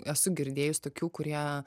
esu girdėjus tokių kurie